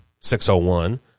601